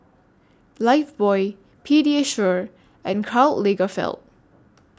Lifebuoy Pediasure and Karl Lagerfeld